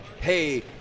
hey